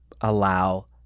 allow